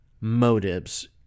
motives